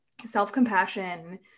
self-compassion